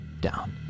down